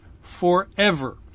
forever